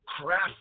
craft